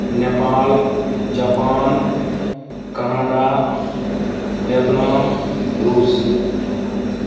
Nepal Japan Canada Vietnam रूस